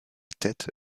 tête